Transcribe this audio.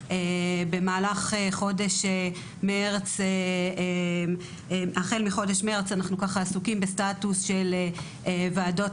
החל מחודש מרץ אנחנו עסוקים בסטטוס של ועדות